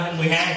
12%